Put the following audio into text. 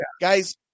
guys